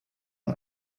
man